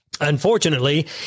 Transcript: Unfortunately